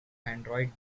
androids